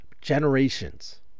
generations